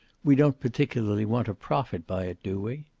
we don't particularly want to profit by it, do we?